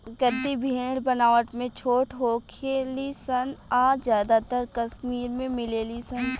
गद्दी भेड़ बनावट में छोट होखे ली सन आ ज्यादातर कश्मीर में मिलेली सन